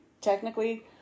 technically